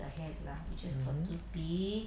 mmhmm